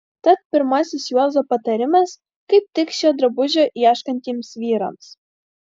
tad pirmasis juozo patarimas kaip tik šio drabužio ieškantiems vyrams